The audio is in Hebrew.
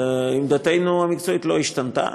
עמדתנו המקצועית לא השתנתה.